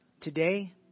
today